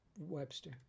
Webster